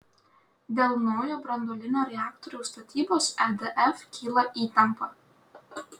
dėl naujo branduolinio reaktoriaus statybos edf kyla įtampa